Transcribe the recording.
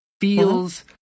feels